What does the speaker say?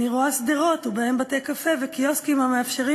אני רואה שדרות ובהן בתי-קפה וקיוסקים המאפשרים